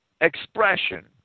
expression